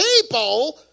people